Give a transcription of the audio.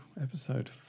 episode